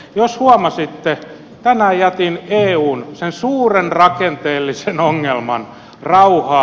jos huomasitte tänään jätin eun sen suuren rakenteellisen ongelman rauhaan